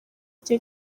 igihe